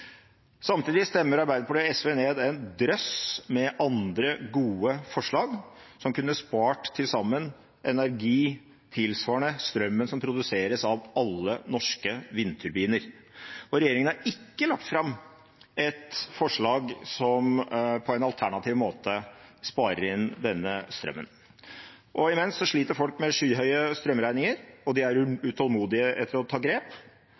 Samtidig stemmer Arbeiderpartiet og Senterpartiet ned en drøss med andre gode forslag som til sammen kunne ha spart energi tilsvarende strømmen som produseres av alle norske vindturbiner. Regjeringen har ikke lagt fram et forslag som på en alternativ måte sparer inn denne strømmen. Imens sliter folk med skyhøye strømregninger, og de er utålmodige etter å ta grep.